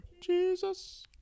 Jesus